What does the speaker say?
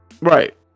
Right